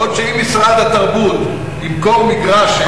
בעוד שאם משרד התרבות ימכור מגרש,